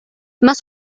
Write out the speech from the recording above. más